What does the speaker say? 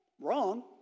Wrong